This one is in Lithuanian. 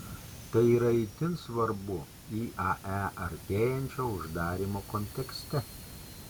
tai yra itin svarbu iae artėjančio uždarymo kontekste